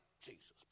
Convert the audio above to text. Jesus